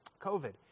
COVID